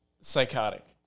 psychotic